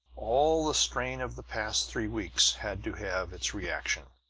all the strain of the past three weeks had to have its reaction.